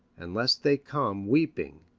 and lest they come weeping,